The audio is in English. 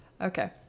Okay